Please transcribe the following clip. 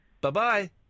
Bye-bye